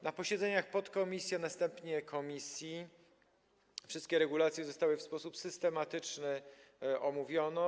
Na posiedzeniach podkomisji, a następnie komisji wszystkie regulacje zostały w sposób systematyczny omówione.